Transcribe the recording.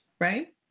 right